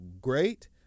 great